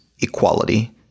equality